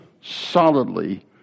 solidly